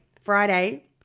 Friday